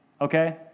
Okay